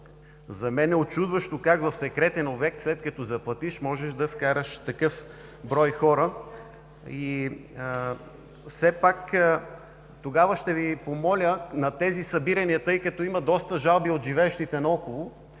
За мен е учудващо как в секретен обект, след като заплатиш, можеш да вкараш такъв брой хора? Все пак ще Ви помоля, тъй като има доста жалби от живеещите наоколо,